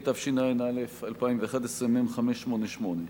התשע"א 2011, מ/588.